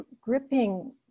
gripping